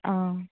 অঁ